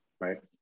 right